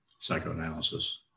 psychoanalysis